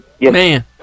man